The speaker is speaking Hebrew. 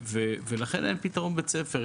לכן אין פתרון בית ספר.